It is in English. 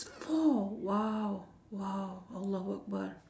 four !wow! !wow! allahu akbar